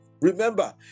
Remember